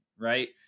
right